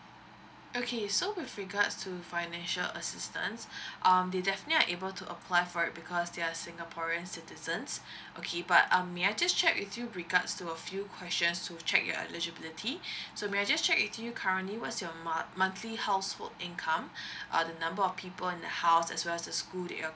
okay so with regards to financial assistance um they definitely are able to apply for it because they're singaporean citizens okay but um may I just check with you regards to a few questions to check your eligibility so may I just check with you currently what's your mon~ monthly household income uh the number of people in the house as well as the school that your